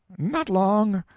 not long.